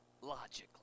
logically